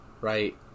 right